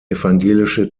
evangelische